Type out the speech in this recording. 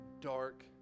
dark